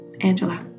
Angela